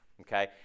okay